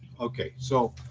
okay. so